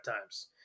times